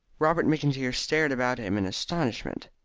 robert mcintyre stared about him in astonishment.